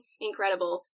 incredible